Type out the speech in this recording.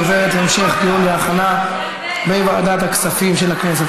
והיא עוברת להמשך דיון להכנה בוועדת הכספים של הכנסת.